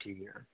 ਠੀਕ ਹੈ